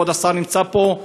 כבוד השר שנמצא פה,